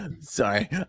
sorry